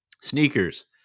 sneakers